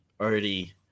already